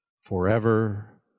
forever